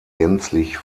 gänzlich